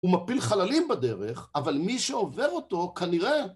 הוא מפיל חללים בדרך, אבל מי שעובר אותו כנראה...